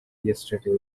yesterday